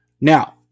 Now